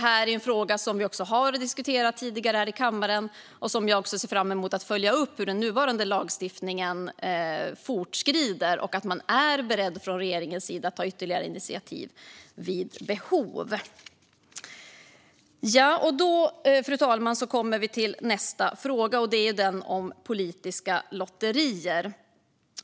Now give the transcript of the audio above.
Frågan har som sagt diskuterats tidigare i kammaren, och jag ser fram emot att följa upp den nuvarande lagstiftningen och hoppas att regeringen är beredd att vid behov ta ytterligare initiativ. Fru talman! Så till frågan om politiska lotterier.